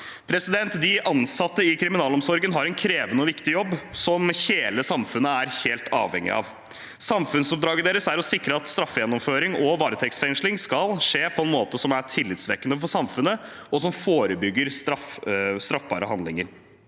i dag. De ansatte i kriminalomsorgen har en krevende og viktig jobb som hele samfunnet er helt avhengig av. Samfunnsoppdraget deres er å sikre at straffegjennomføring og varetektsfengsling skal skje på en måte som er tillitvekkende for samfunnet, og som forebygger straffbare handlinger.